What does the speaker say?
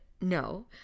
no